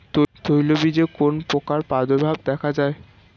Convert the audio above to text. তৈলবীজে কোন পোকার প্রাদুর্ভাব দেখা যায়?